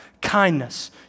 kindness